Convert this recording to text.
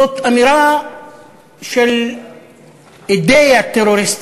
זאת אמירה של אידיאה טרוריסטית,